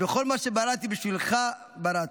וכל מה שבראתי בשבילך בראתי,